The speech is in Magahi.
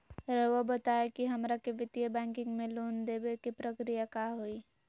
रहुआ बताएं कि हमरा के वित्तीय बैंकिंग में लोन दे बे के प्रक्रिया का होई?